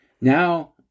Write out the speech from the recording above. Now